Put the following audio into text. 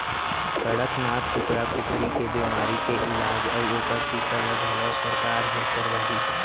कड़कनाथ कुकरा कुकरी के बेमारी के इलाज अउ ओकर टीका ल घलौ सरकार हर करवाही